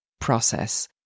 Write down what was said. process